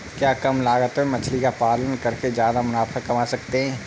क्या कम लागत में मछली का पालन करके ज्यादा मुनाफा कमा सकते हैं?